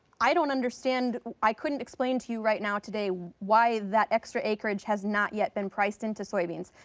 i don't understand, i couldn't explain to you right now today why that extra acreage has not yet been priced into soybeans.